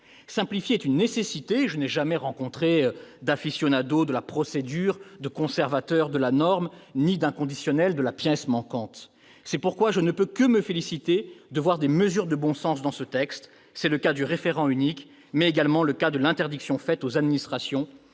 Simplifier est une nécessité- je n'ai jamais rencontré d'de la procédure, de conservateurs de la norme, ni d'inconditionnels de la pièce manquante. C'est pourquoi je ne peux que me féliciter de voir des mesures de bon sens dans ce projet de loi ; c'est le cas du référent unique, mais également de l'interdiction faite aux administrations